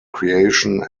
creation